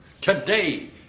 Today